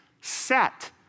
set